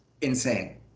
insane